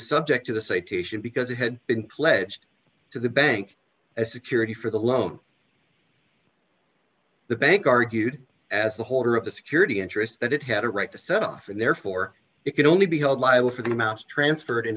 subject to the citation because it had been pledged to the bank as security for the loan the bank argued as the holder of the security interest that it had a right to set off and therefore it could only be held liable for the amounts transferred in